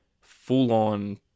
full-on